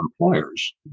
employers